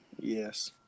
Yes